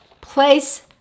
place